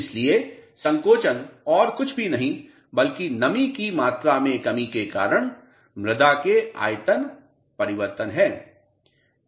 इसलिए संकोचन और कुछ भी नहीं बल्कि नमी की मात्रा में कमी के कारण मृदा के आयतन परिवर्तन है